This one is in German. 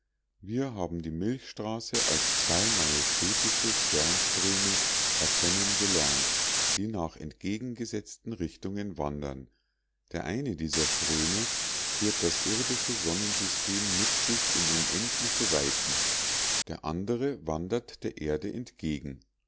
wir haben die milchstraße als zwei majestätische sternströme erkennen gelernt die nach entgegengesetzten richtungen wandern der eine dieser ströme führt das irdische sonnensystem mit sich in unendliche weiten der andere wandert der erde entgegen